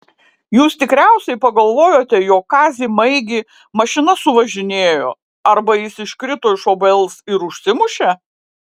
jūs tikriausiai pagalvojote jog kazį maigį mašina suvažinėjo arba jis iškrito iš obels ir užsimušė